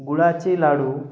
गुळाचे लाडू